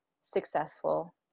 successful